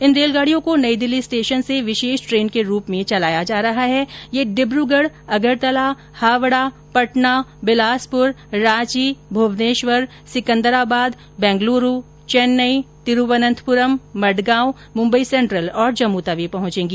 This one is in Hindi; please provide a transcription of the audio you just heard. इन रेलगाडियों को नई दिल्ली स्टेशन से विशेष ट्रेन के रूप में चलाया जा रहा है और ये डिब्रूगढ़ अगरतला हावडा पटना बिलासपुर रांची मुवनेश्वर सिकन्दराबाद बेंगलुरू चैन्नई तिरूवनन्तपुरम मड़गांव मुम्बई सेंट्रल और जम्मू तवी पहुंचेगी